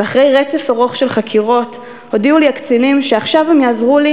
אחרי רצף ארוך של חקירות הודיעו לי הקצינים שעכשיו הם יעזרו לי